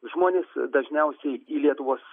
žmonės dažniausiai į lietuvos